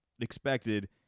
expected